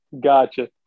Gotcha